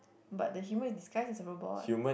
but the human disguised a as robot